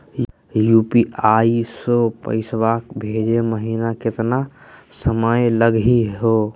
UPI स पैसवा भेजै महिना केतना समय लगही हो?